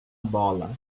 bola